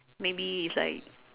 maybe it's like